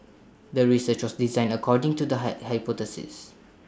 the research was designed according to the high hypothesis